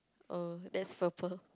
uh that's purple